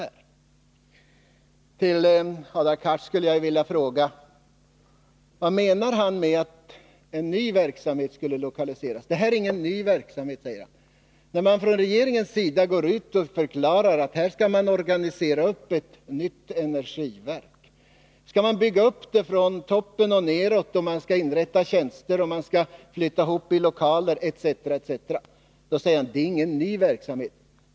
Hadar Cars skulle jag vilja fråga vad han menar med en ny verksamhet. Det här är ingen ny verksamhet, säger han. Regeringen har förklarat att man skall organisera ett nytt energiverk. Man skall bygga upp det från toppen och nedåt, inrätta tjänster, flytta ihop i lokaler, etc. Då säger Hadar Cars: Det är ingen ny verksamhet.